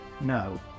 No